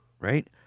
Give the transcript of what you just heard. right